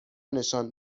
نشان